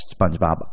SpongeBob